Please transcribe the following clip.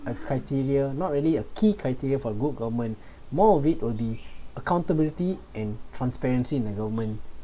a criteria not really a key criteria for good government more of it will be accountability and transparency in the government